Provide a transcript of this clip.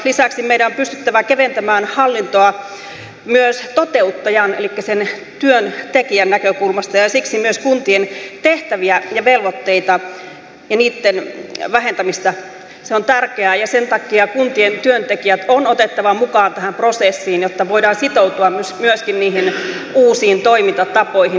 lisäksi meidän on pystyttävä keventämään hallintoa myös toteuttajan elikkä sen työn tekijän näkökulmasta ja siksi myös kuntien tehtävien ja velvoitteiden vähentäminen on tärkeää ja sen takia kuntien työntekijät on otettava mukiaan tähän prosessiin jotta voidaan sitoutua myöskin niihin uusiin toimintatapoihin